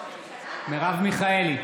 נגד מרב מיכאלי,